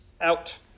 out